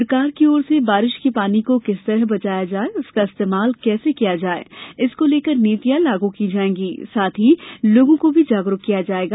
सरकार की और से बारिश के पानी को किस तरह बचाया जाए उसका इस्तेमाल कैसे किया जाय इसको लेकर नितियां लागू की जाएंगी साथ ही लोगों को भी जागरूक किया जाएगा